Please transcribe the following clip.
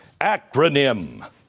Acronym